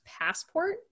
passport